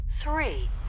three